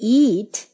eat